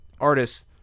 artists